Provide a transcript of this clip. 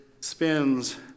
spins